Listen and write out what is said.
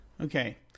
Okay